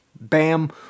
BAM